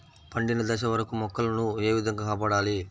పండిన దశ వరకు మొక్కల ను ఏ విధంగా కాపాడాలి?